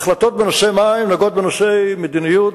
החלטות בנושאי מים נוגעות בנושאי מדיניות,